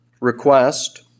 request